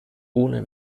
ohne